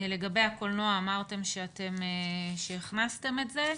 לגבי הקולנוע, אמרתם שהכנסתם את זה.